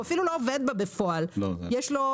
הוא אפילו לא עובד בה בפועל אבל הוא